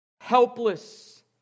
Helpless